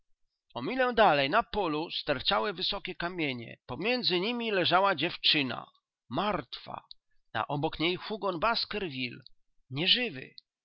o milę dalej na polu sterczały wysokie kamienie pomiędzy nimi leżała dziewczyna martwa a obok niej hugon baskerville nieżywy ale nie